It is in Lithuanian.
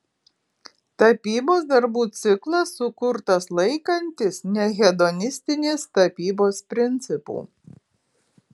tapybos darbų ciklas sukurtas laikantis nehedonistinės tapybos principų